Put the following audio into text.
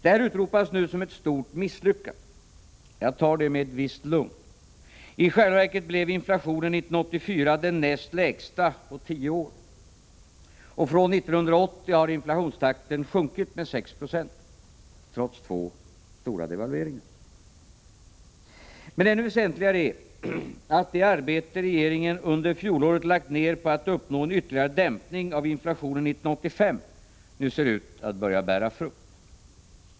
Det här utropas nu som ett stort misslyckande. Det tar jag med ett visst lugn. I själva verket blev inflationen 1984 den näst lägsta på tio år. Från 1980 har inflationstakten sjunkit med 6 6, trots två stora devalveringar. Men ännu väsentligare är att det arbete regeringen under fjolåret lagt ned på att uppnå en ytterligare dämpning av inflationen 1985 nu ser ut att börja bära frukt.